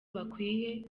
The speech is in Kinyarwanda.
bakwiye